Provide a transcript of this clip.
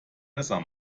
messer